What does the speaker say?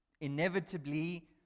Inevitably